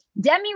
Demi